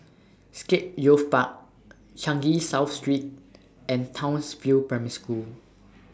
Scape Youth Park Changi South Street and Townsville Primary School